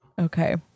Okay